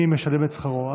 מי משלם את שכרו.